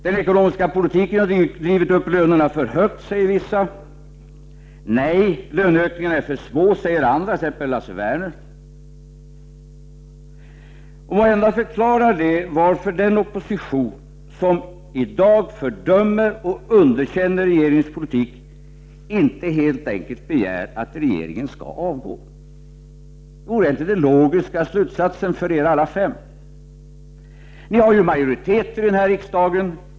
Den ekonomiska politiken har drivit upp lönerna för mycket, säger vissa. Löneökningarna är för små, säger t.ex. Lasse Werner. Måhända förklarar detta varför den opposition som i dag fördömer och underkänner regeringens politik inte helt enkelt begär att regeringen skall avgå. Vore inte det den logiska slutsatsen för alla er fem? Ni har ju majoritet i riksdagen.